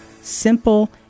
simple